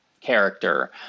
character